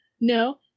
No